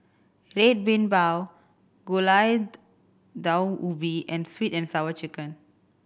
Red Bean Bao Gulai Daun Ubi and Sweet And Sour Chicken